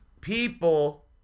people